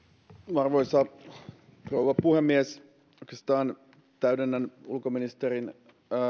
arvoisa rouva puhemies oikeastaan täydennän ulkoministerin